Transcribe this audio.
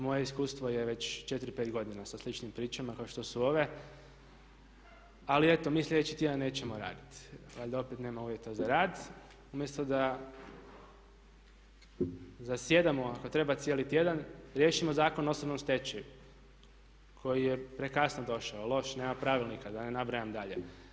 Moje iskustvo je već 4, 5 godina sa sličnim pričama kao što su ove, ali eto, mi sljedeći tjedan nećemo raditi, valjda opet nema uvjeta za rad umjesto da zasjedamo ako treba cijeli tjedan, riješimo Zakon o osobnom stečaju koji je prekasno došao, loš, nema pravilnika da ne nabrajam dalje.